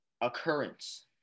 Occurrence